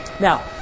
Now